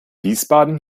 wiesbaden